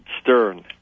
Stern